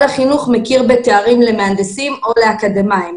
החינוך מכיר בתארים למהנדסים או לאקדמאים.